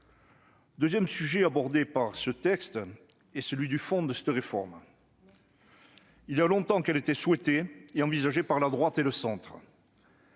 second sujet abordé par ce texte est celui du fond de cette réforme. Il y a longtemps qu'elle était souhaitée et envisagée par la droite et le centre.